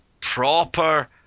proper